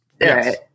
yes